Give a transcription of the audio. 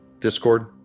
Discord